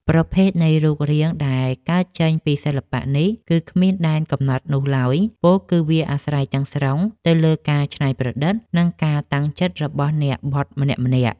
ប្រភេទនៃរូបរាងដែលកើតចេញពីសិល្បៈនេះ គឺគ្មានដែនកំណត់នោះឡើយ ពោលគឺវាអាស្រ័យទាំងស្រុងទៅលើការច្នៃប្រឌិត និងការតាំងចិត្តរបស់អ្នកបត់ម្នាក់ៗ។